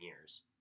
years